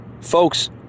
Folks